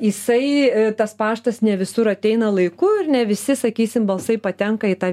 jisai tas paštas ne visur ateina laiku ir ne visi sakysim balsai patenka į tą